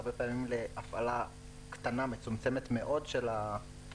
שהרבה פעמים הפעלה מצומצמת מאוד של החברה,